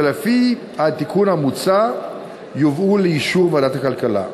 שלפי התיקון המוצע יובאו לאישור ועדת הכלכלה.